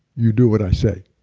you do what i say.